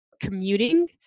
commuting